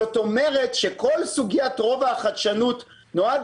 זאת אומרת שכל סוגיית רובע החדשנות נועד